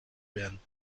werden